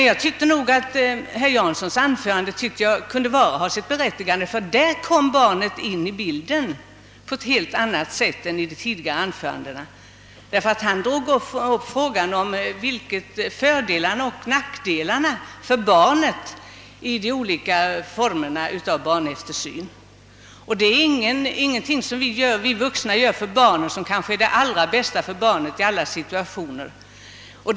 Jag anser, att herr Janssons anförande kunde ha sitt berättigande, ty där kom barnet in i bilden på ett helt annat sätt än i de tidigare talarnas anföranden. Herr Jansson tog upp frågan om fördelarna och nackdelarna för barnen i de olika formerna av barneftersyn. Det vi vuxna gör för barnen är kanske inte alltid det bästa i alla situationer. Bl.